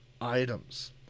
items